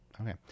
Okay